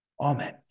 Amen